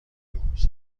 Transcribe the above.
یبوست